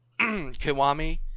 kiwami